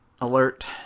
alert